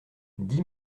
dix